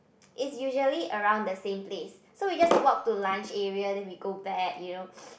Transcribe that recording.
is usually around the same place so we just walk to lunch area then we go back you know